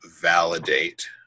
validate